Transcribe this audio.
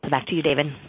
back to you, david.